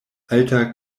alta